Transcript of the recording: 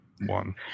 one